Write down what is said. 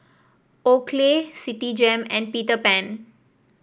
Oakley Citigem and Peter Pan